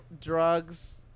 drugs